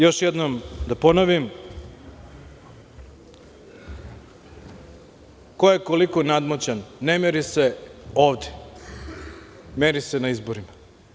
Još jednom da ponovim, ko je koliko nadmoćan ne meri se ovde, meri se na izborima.